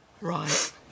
Right